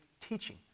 teaching